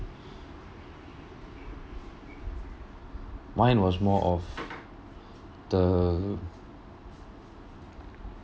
mine was more of the